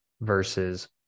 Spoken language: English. versus